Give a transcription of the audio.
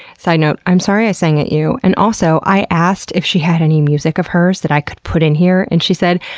so you know i'm sorry i sang at you, and also, i asked if she had any music of hers that i could put in here and she said,